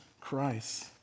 Christ